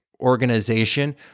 organization